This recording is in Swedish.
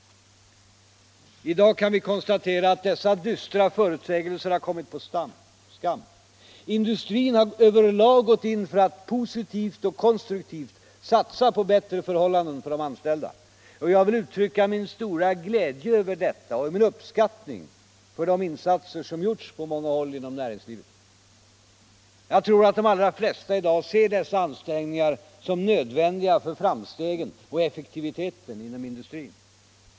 I dag kan vi konstatera att dessa dystra förutsägelser har kommit på skam. Industrin har över lag gått in för att positivt och konstruktivt satsa på bättre förhållanden för de anställda, och jag vill uttrycka min stora glädje över detta och min uppskattning för de insatser som gjorts på många håll inom näringslivet. Jag tror att de allra flesta i dag ser dessa ansträngningar som nödvändiga för framstegen och effektiviteten inom industrin.